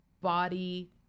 body